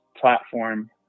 platform